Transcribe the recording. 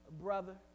brother